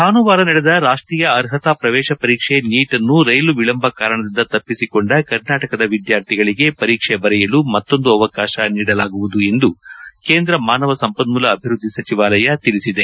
ಭಾನುವಾರ ನಡೆದ ರಾಷ್ಟೀಯ ಅರ್ಹತಾ ಪ್ರವೇಶ ಪರೀಕ್ಷೆ ನೀಟ್ ಅನ್ನು ರೈಲು ವಿಳಂಬ ಕಾರಣದಿಂದ ತಪ್ಪಿಸಿಕೊಂಡ ಕರ್ನಾಟಕದ ವಿದ್ಯಾರ್ಥಿಗಳಗೆ ಪರೀಕ್ಷೆ ಬರೆಯಲು ಮತ್ತೊಂದು ಅವಕಾತ ನೀಡಲಾಗುವುದು ಎಂದು ಮಾನವ ಸಂಪನ್ಮೂಲ ಅಭಿವೃದ್ಧಿ ಸಚಿವಾಲಯ ತಿಳಿಸಿದೆ